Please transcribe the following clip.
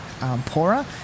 poorer